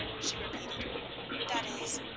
she repeated that is,